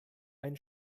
ein